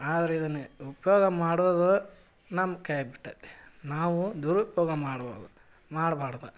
ಆದ್ರೆ ಇದನ್ನು ಉಪಯೋಗ ಮಾಡೋದು ನಮ್ಮ ಕೈಯಾಗ ಬಿಟ್ಟೈತೆ ನಾವು ದುರುಪಯೋಗ ಮಾಡಬಾರ್ದು ಮಾಡ್ಬಾರ್ದು